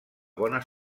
bona